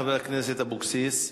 חברת הכנסת אבקסיס.